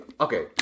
okay